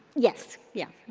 yes, yeah.